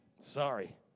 Sorry